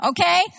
Okay